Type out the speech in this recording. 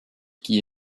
qui